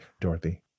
Dorothy